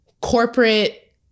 corporate